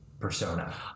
Persona